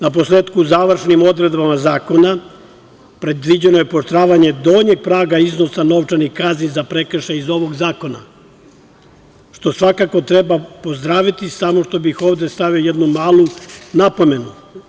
Naposletku, završnim odredbama zakona predviđeno je pooštravanje donjeg praga iznosa novčanih kazni za prekršaj iz ovog zakona, što svakako treba pozdraviti samo što bih ovde stavio jednu malu napomenu.